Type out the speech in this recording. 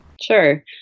Sure